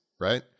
right